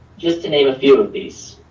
just to name a few of these.